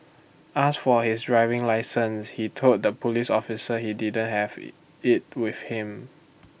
asked for his driving licence he told the Police officer he didn't have IT with him